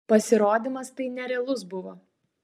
pasirodymas tai nerealus buvo